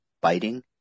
biting